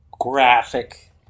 graphic